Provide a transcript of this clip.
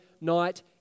night